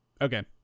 Okay